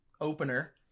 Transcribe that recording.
opener